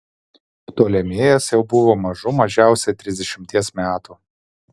ptolemėjas jau buvo mažų mažiausiai trisdešimties metų